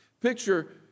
Picture